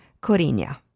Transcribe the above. Corinna